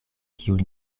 kiun